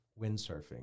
windsurfing